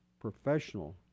professional